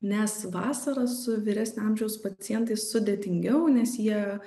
nes vasarą su vyresnio amžiaus pacientais sudėtingiau nes jie